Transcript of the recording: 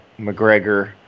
McGregor